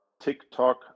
TikTok